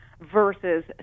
versus